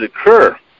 occur